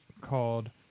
called